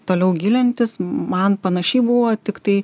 toliau gilintis man panaši buvo tiktai